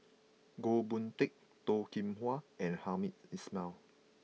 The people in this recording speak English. Goh Boon Teck Toh Kim Hwa and Hamed Ismail